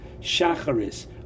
Shacharis